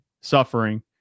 suffering